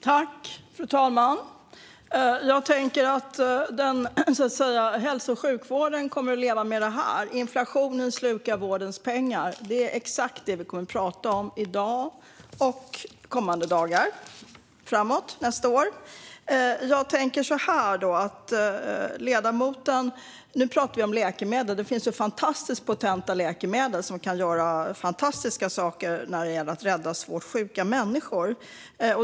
Fru talman! Jag tänker att hälso och sjukvården kommer att få leva med det här. Inflationen slukar vårdens pengar. Det är exakt det vi kommer att prata om i dag och kommande dagar framåt nästa år. Nu pratar vi om läkemedel. Det finns fantastiskt potenta läkemedel, som kan göra otroliga saker när det gäller att rädda svårt sjuka människor.